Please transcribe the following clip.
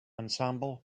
ensemble